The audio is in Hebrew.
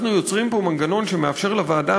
אנחנו יוצרים פה מנגנון שמאפשר לוועדה